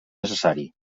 necessari